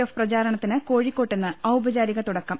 F പ്രചാരണത്തിന് കോഴിക്കോട്ട് ഇന്ന് ഔപചാരിക തുടക്കം